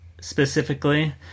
specifically